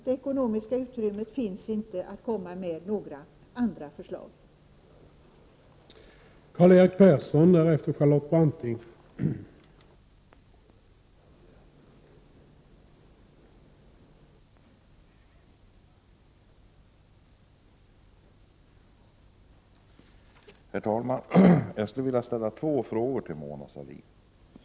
Det ekonomiska utrymmet för att komma med några andra förslag finns inte.